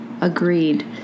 Agreed